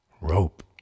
rope